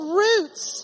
roots